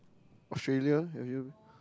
Australia have you